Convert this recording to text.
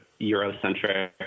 Eurocentric